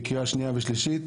בקריאה שנייה ושלישית.